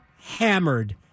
hammered